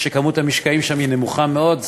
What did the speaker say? שכמות המשקעים שם היא נמוכה מאוד,